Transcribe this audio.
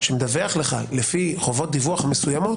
שמדווח לך לפי חובות דיווח מסוימות,